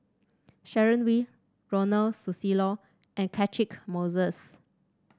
Sharon Wee Ronald Susilo and Catchick Moses